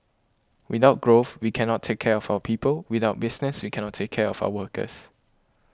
without growth we cannot take care of our people without business we cannot take care of our workers